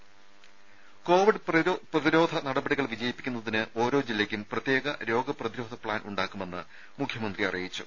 രുമ കോവിഡ് പ്രതിരോധ നടപടികൾ വിജയിപ്പിക്കുന്നതിന് ഓരോ ജില്ലയ്ക്കും പ്രത്യേക രോഗ പ്രതിരോധ പ്ലാൻ ഉണ്ടാക്കുമെന്ന് മുഖ്യമന്ത്രി അറിയിച്ചു